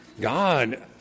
God